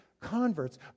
converts